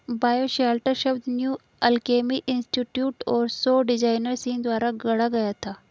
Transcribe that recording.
bioshelter शब्द New Alchemy Institute और सौर डिजाइनर सीन द्वारा गढ़ा गया था